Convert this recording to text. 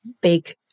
big